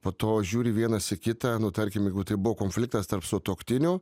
po to žiūri vienas į kitą nu tarkim jeigu tai buvo konfliktas tarp sutuoktinių